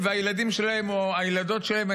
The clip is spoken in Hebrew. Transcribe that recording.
והילדים שלהם או הילדות שלהם,